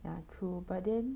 ya true but then